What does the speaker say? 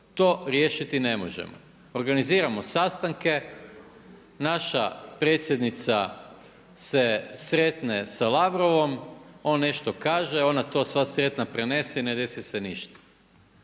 to riješiti ne možemo. Organiziramo sastanke, naša predsjednica se sretne sa Lavrovom, on nešto kaže, ona to sva sretna prenese i ne desi se ništa.